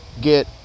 get